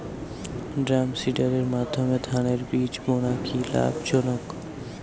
ড্রামসিডারের মাধ্যমে ধানের বীজ বোনা কি লাভজনক?